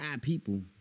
people